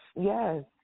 Yes